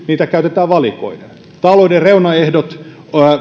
niitä käytetään valikoiden talouden reunaehdot